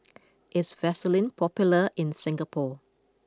is Vaselin popular in Singapore